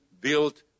built